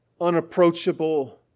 unapproachable